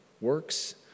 works